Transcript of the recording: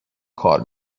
کار